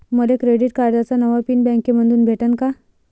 मले क्रेडिट कार्डाचा नवा पिन बँकेमंधून भेटन का?